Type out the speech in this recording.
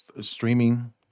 streaming